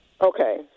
Okay